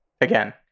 again